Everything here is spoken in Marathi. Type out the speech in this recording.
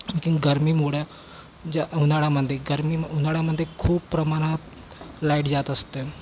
आणखीन गरमीमुळं ज उन्हाळ्यामधे गरमीम उन्हाळ्यामधे खूप प्रमाणात लाईट जात असते